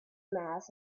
mass